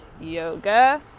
yoga